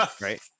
right